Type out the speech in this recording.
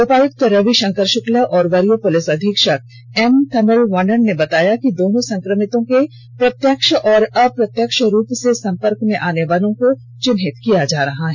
उपायुक्त रवि षंकर षुक्ला और वरीय पुलिस अधीक्षक एम तमिल वाणन ने बताया कि दोनो संक्रमितों के प्रत्यक्ष और अप्रत्यक्ष रूप से संपर्क में आने वालों को चिंहित किया जा रहा है